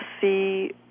see